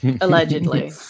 allegedly